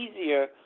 easier